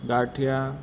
ગાંઠીયા